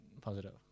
positive